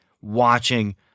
watching